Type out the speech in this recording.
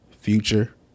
Future